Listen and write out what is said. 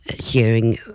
sharing